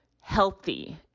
healthy